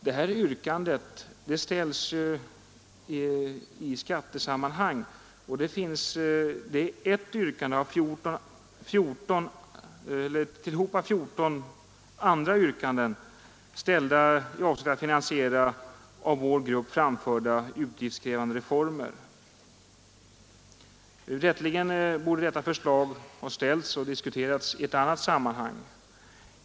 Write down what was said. Detta är ett av sammanlagt 14 yrkanden ställda i avsikt att finansiera av vår grupp framförda utgiftskrävande reformer. Rätteligen borde detta förslag ha ställts och diskuterats i ett annat sammanhang.